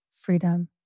Freedom